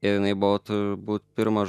ir jinai buvo turbūt pirmas